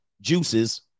juices